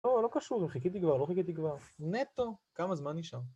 לא, לא קשור, חיכיתי כבר, לא חיכיתי כבר. נטו, כמה זמן נשאר.